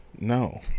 No